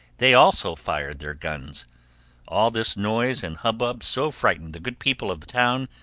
they also fired their guns all this noise and hubbub so frightened the good people of the town,